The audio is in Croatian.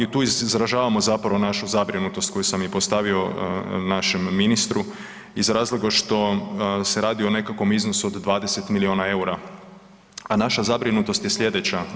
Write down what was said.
I tu izražavamo zapravo našu zabrinutost koju sam i postavio našem ministru iz razloga što se radi o nekakvom iznosu od 20 milijuna eura, a naša zabrinutost je sljedeća.